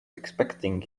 expecting